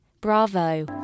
Bravo